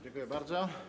Dziękuję bardzo.